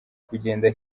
kugenda